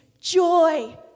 joy